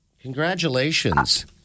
Congratulations